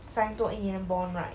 sign 多一年 bond right